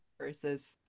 Versus